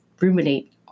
ruminate